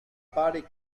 pari